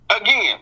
Again